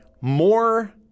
more